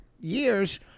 years